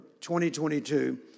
2022